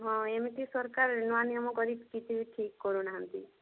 ହଁ ଏମିତି ସରକାର ନୂଆ ନିୟମ କରିକି କିଛି ବି ଠିକ୍ କରୁନାହାନ୍ତି